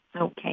Okay